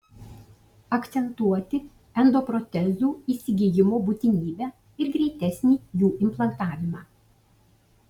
akcentuoti endoprotezų įsigijimo būtinybę ir greitesnį jų implantavimą